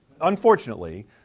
unfortunately